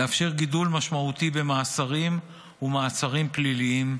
לאפשר גידול משמעותי ומאסרים ומעצרים פליליים.